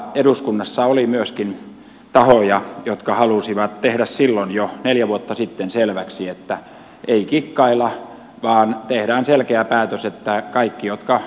eduskunnassa oli myöskin tahoja jotka halusivat tehdä jo silloin neljä vuotta sitten selväksi että ei kikkailla vaan tehdään selkeä päätös että kaikki jotka